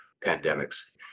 pandemics